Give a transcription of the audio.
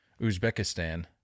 Uzbekistan